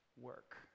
work